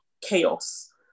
chaos